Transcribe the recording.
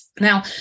Now